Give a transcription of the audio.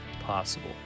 possible